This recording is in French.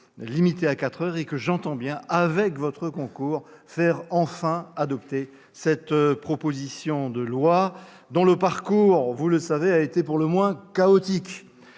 limitée à quatre heures. Or j'entends bien, avec votre concours, faire enfin adopter cette proposition de loi, dont le parcours a été pour le moins chaotique,